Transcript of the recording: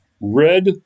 red